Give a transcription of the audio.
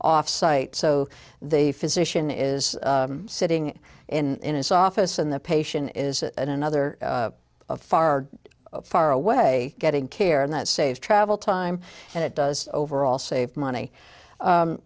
offsite so they physician is sitting in his office in the patient is another far far away getting care and that saves travel time and it does overall save money